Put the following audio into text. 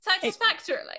Satisfactorily